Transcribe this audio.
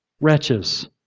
Wretches